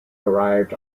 arrived